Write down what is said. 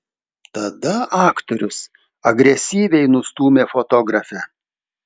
tada aktorius agresyviai nustūmė fotografę